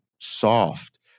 soft